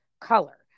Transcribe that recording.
color